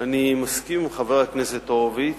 אני מסכים עם חבר הכנסת הורוביץ.